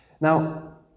Now